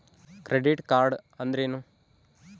Credit card ಅಂದ್ರೇನು?